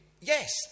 Yes